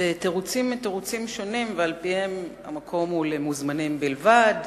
בתירוצים מתירוצים שונים: האירוע הוא למוזמנים בלבד,